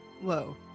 Whoa